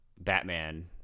Batman